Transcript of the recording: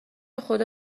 خدا